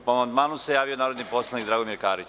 Po amandmanu sejavio narodni poslanik Dragomir Karić.